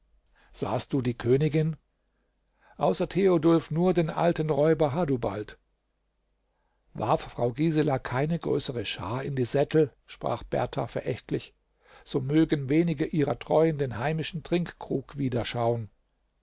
sahst du die königin außer theodulf nur den alten räuber hadubald warf frau gisela keine größere schar in die sättel sprach berthar verächtlich so mögen wenige ihrer treuen den heimischen trinkkrug wiederschauen